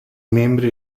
membri